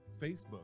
Facebook